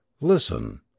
Listen